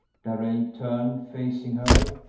darrell turned, facing her,